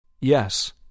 Yes